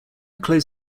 close